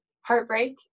heartbreak